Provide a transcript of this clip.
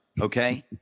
Okay